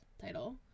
title